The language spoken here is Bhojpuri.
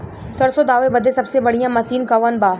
सरसों दावे बदे सबसे बढ़ियां मसिन कवन बा?